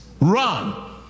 run